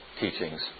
teachings